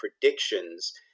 predictions